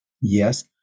yes